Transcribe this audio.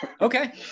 Okay